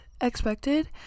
expected